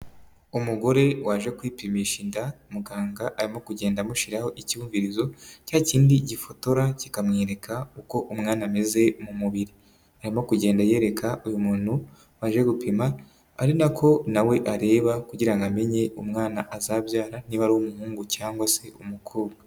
Umugore waje kwipimisha inda, muganga arimo kugenda amushiraho ikivumvirizo cya kindi gifotora kikamwereka uko umwana ameze mu mubiri, arimo kugenda yereka uyu muntu waje gupima ari nako na we areba kugira amenye umwana azabyara niba ari umuhungu cyangwa se umukobwa.